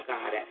God